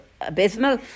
abysmal